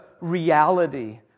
reality